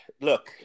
Look